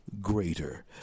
greater